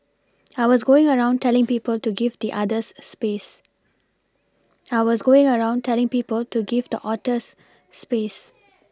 I was going around telling people to give the otters space